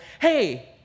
hey